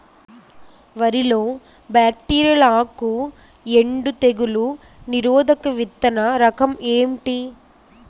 వరి లో బ్యాక్టీరియల్ ఆకు ఎండు తెగులు నిరోధక విత్తన రకం ఏంటి?